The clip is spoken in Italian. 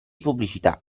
pubblicità